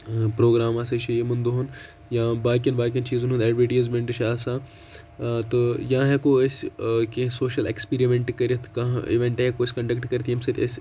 programme ہَسا چھُ یِمَن دۄہَن یا باقیَن باقیَن چیٖزَن ہُنٛد ایڈوَٹیٖزمینٛٹ چھُ آسان تہٕ یا ہیٚکو أسۍ کینٛہہ سوشَل اٮ۪کِسپیرِمینٛٹ کٔرِتھ کانٛہہ اِوٮ۪نٛٹ ہیٚکو أسۍ کَنڈَکٹہٕ کٔرِتھ ییٚمہِ سۭتۍ أسۍ